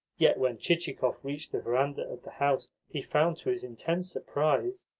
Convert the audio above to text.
yet when chichikov reached the verandah of the house he found, to his intense surprise,